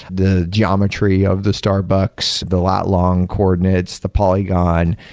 the geometry of the starbucks, the lot long coordinates, the polygon,